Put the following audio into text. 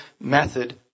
method